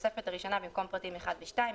בתוספת הראשונה במקום פרטים 1 ו-2 יקראו: